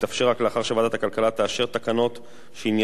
לאחר שוועדת הכלכלה תאשר תקנות שעניינן